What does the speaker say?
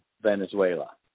Venezuela